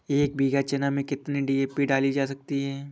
एक बीघा चना में कितनी डी.ए.पी डाली जा सकती है?